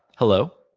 hello